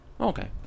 okay